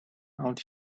out